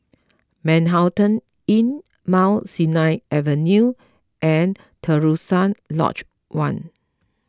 Manhattan Inn Mount Sinai Avenue and Terusan Lodge one